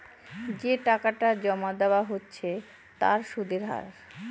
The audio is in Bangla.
যে টাকাটা জমা দেওয়া হচ্ছে তার সুদের হার